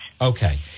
Okay